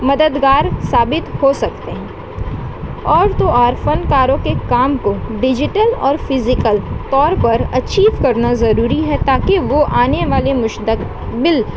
مددگار ثابت ہو سکتے ہیں اور تو اور فنکاروں کے کام کو ڈیجیٹل اور فزیکل طور پر اچیو کرنا ضروری ہے تاکہ وہ آنے والے مستقبل